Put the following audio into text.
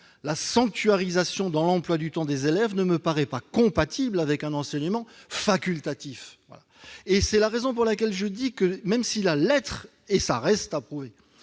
la sanctuarisation dans l'emploi du temps des élèves ne me paraît pas compatible avec un enseignement facultatif ! C'est la raison pour laquelle j'affirme que, même si la lettre de la déclaration